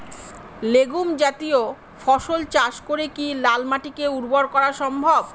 Legume জাতীয় ফসল চাষ করে কি লাল মাটিকে উর্বর করা সম্ভব?